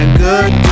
good